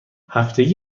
هفتگی